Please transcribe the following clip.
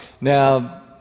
Now